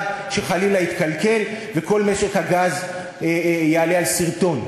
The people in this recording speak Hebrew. שחלילה יתקלקל וכל משק הגז יעלה על שרטון.